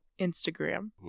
Instagram